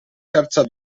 terza